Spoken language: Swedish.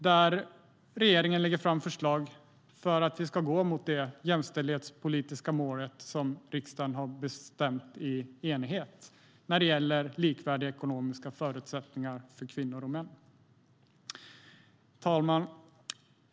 Där lägger regeringen fram förslag för att vi ska gå mot det jämställdhetspolitiska mål som riksdagen i enighet har beslutat om, att det ska vara likvärdiga ekonomiska förutsättningar för kvinnor och män. Herr talman!